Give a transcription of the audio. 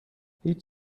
هیچ